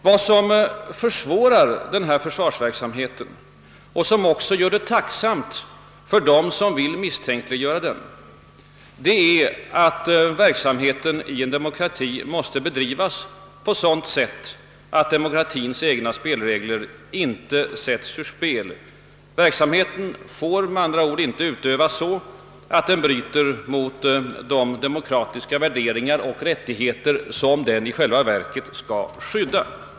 Vad som försvårar detta slags försvarsverksamhet och också gör det tacksamt för dem som vill misstänkliggöra den är att verksamheten i en demo krati måste bedrivas på sådant sätt att demokratiens egna spelregler inte sätts ur funktion. Verksamheten får med andra ord inte utövas så, att den bryter mot de demokratiska värderingar och rättigheter som den i själva verket skall skydda.